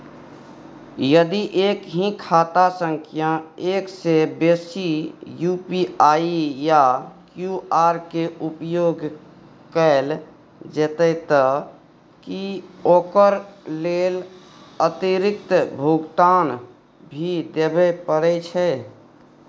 यदि एक ही खाता सं एक से बेसी यु.पी.आई या क्यू.आर के उपयोग कैल जेतै त की ओकर लेल अतिरिक्त भुगतान भी देबै परै छै?